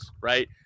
right